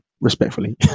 respectfully